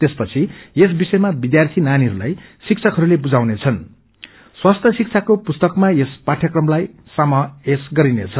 त्यसपछि यस विषयामा विध्यार्थी नानीहयलाइ शिक्षकहरूले बुझाउने छनृं स्वस्थय शिक्षाको पुस्तकमा यस पाठयक्रमलाई समावेश गरिनेछ